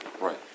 Right